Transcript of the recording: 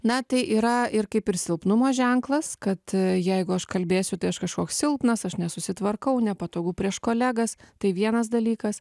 na tai yra ir kaip ir silpnumo ženklas kad jeigu aš kalbėsiu tai aš kažkoks silpnas aš nesusitvarkau nepatogu prieš kolegas tai vienas dalykas